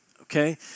okay